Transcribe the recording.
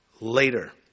later